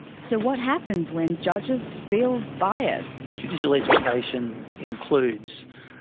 so what happens when judges feel bias? judicial education includes